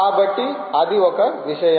కాబట్టి అది ఒక విషయం